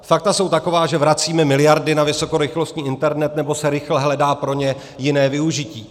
Fakta jsou taková, že vracíme miliardy na vysokorychlostní internet, nebo se rychle hledá pro ně jiné využití.